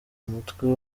umutwe